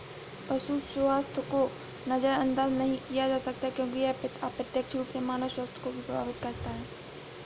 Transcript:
पशु स्वास्थ्य को नजरअंदाज नहीं किया जा सकता क्योंकि यह अप्रत्यक्ष रूप से मानव स्वास्थ्य को भी प्रभावित करता है